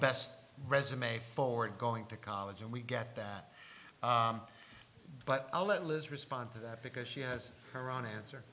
best resume forward going to college and we get that but i'll let liz respond to that because she has her own answer